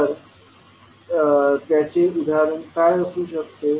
तर त्याचे उदाहरण काय असू शकते